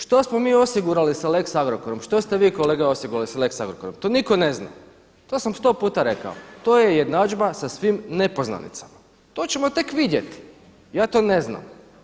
Što smo mi osigurali sa lex Agrokorom, što ste vi kolega osigurali sa lex Agrokorom, to nitko ne zna, to sam sto puta rekao, to je jednadžba sa svim nepoznanicama, to ćemo tek vidjet, ja to ne znam.